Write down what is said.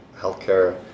healthcare